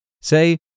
say